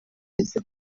ndetse